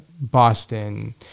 Boston